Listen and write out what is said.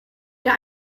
der